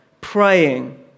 praying